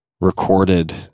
recorded